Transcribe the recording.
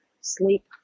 sleep